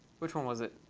which one was it?